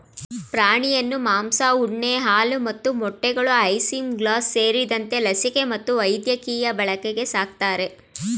ಪ್ರಾಣಿಯನ್ನು ಮಾಂಸ ಉಣ್ಣೆ ಹಾಲು ಮತ್ತು ಮೊಟ್ಟೆಗಳು ಐಸಿಂಗ್ಲಾಸ್ ಸೇರಿದಂತೆ ಲಸಿಕೆ ಮತ್ತು ವೈದ್ಯಕೀಯ ಬಳಕೆಗೆ ಸಾಕ್ತರೆ